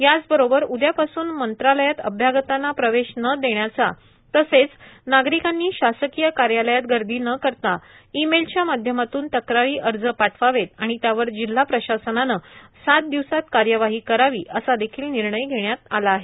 याचबरोबर उदयापासून मंत्रालयात अभ्यांगतांना प्रवेश न देण्याचा तसंच नागरिकांनी शासकीय कार्यालयात गर्दी न करता ई मेलच्या माध्यमातून तक्रारी अर्ज पाठवावेत आणि त्यावर जिल्हा प्रशासनाने सात दिवसात कार्यवाही करावी असा देखील निर्णय घेण्यात आला आहे